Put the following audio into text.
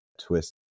twist